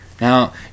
Now